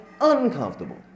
uncomfortable